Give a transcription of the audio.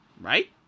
right